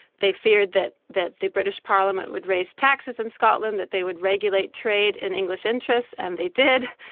they feared that that the british parliament would raise taxes in scotland, that they would regulate trade in english interests, and they did.